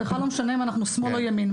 זה בכלל לא משנה אם אנחנו שמאל או ימין.